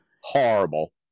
horrible